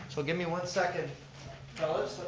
so give me one second fellas,